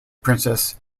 princess